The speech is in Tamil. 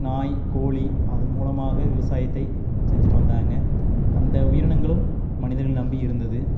நாய் கோழி அதன் மூலமாக விவசாயத்தை செஞ்சுட்டு வந்தாங்க அந்த உயிரினங்களும் மனிதர்களை நம்பி இருந்தது